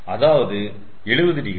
அதாவது 70 டிகிரி